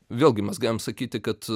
vėlgi mes galim sakyti kad